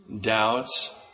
doubts